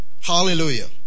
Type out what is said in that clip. Hallelujah